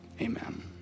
amen